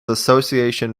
association